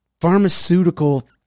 pharmaceutical